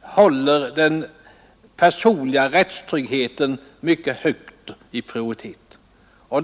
håller den personliga rättstryggheten mycket högt i prioritet.